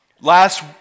Last